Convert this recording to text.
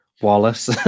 Wallace